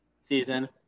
season